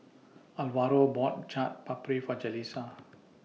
Alvaro bought Chaat Papri For Jalissa